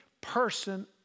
person